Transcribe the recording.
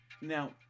Now